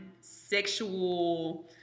sexual